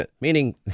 meaning